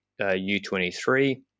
U23